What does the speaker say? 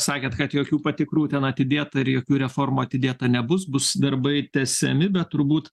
sakėt kad jokių patikrų ten atidėta ir jokių reformų atidėta nebus bus darbai tęsiami bet turbūt